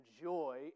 joy